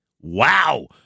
Wow